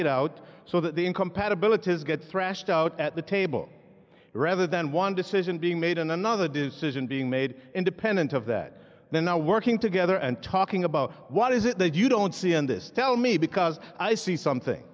it out so that the incompatibilities get thrashed out at the table rather than one decision being made and another decision being made independent of that they're now working together and talking about what is it that you don't see in this tell me because i see something